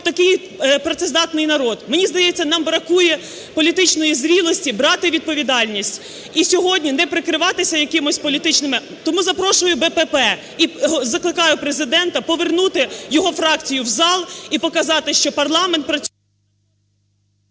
такий працездатний народ. Мені здається, нам бракує політичної зрілості, брати відповідальність і сьогодні не прикриватися якимись політичними... Тому запрошую БПП і закликаю Президента повернути його фракцію в зал і показати, що парламент…